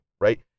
right